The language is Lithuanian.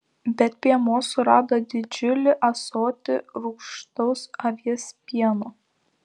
bet piemuo surado didžiulį ąsotį rūgštaus avies pieno